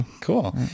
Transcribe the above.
Cool